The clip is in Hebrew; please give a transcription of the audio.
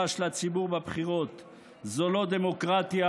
של הציבור בבחירות זו לא דמוקרטיה,